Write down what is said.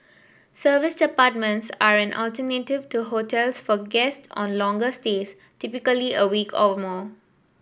serviced apartments are an alternative to hotels for guest on longer stays typically a week or more